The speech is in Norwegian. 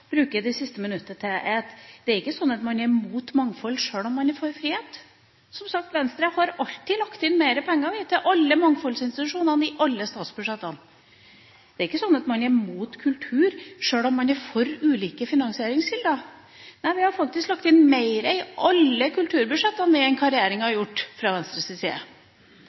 bruke det siste minuttet til, er å si at man er ikke imot mangfold, sjøl om man er for frihet. Som sagt, Venstre har alltid – i alle statsbudsjettene – lagt inn mer penger til alle mangfoldsinstitusjonene. Man er ikke imot kultur, sjøl om man er for ulike finansieringskilder. Vi har fra Venstres side faktisk lagt inn mer i alle kulturbudsjettene enn hva regjeringa har gjort.